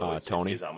Tony